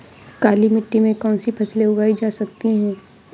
काली मिट्टी में कौनसी फसलें उगाई जा सकती हैं?